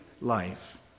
life